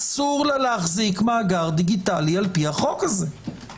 אסור לה להחזיק מאגר דיגיטלי לפי החוק הזה.